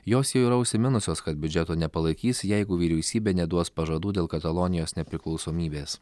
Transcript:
jos jau yra užsiminusios kad biudžeto nepalaikys jeigu vyriausybė neduos pažadų dėl katalonijos nepriklausomybės